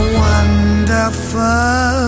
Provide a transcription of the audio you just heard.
wonderful